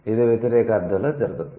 ఇది వ్యతిరేక అర్ధంలో జరగదు